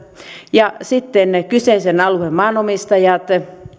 ja kyseisen alueen maanomistajat